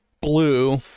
blue